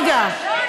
רגע.